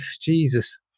Jesus